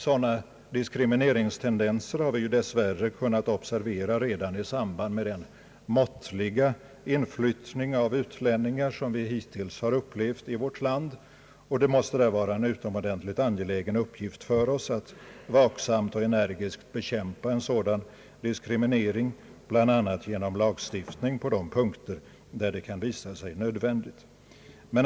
Sådana diskrimineringstendenser har vi dess värre kunnat observera i samband med den måttliga inflyttning av utlänningar som vi hittills har upplevt i vårt land. Det måste därför vara en utomordentligt angelägen uppgift för oss att vaksamt och energiskt bekämpa en sådan diskriminering bl.a. genom lagstiftning på de punkter där det kan visa sig nödvändigt.